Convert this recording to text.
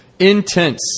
intense